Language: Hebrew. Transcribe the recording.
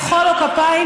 ולמחוא לו כפיים,